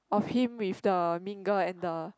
of him with the mean girl and the